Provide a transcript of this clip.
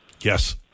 Yes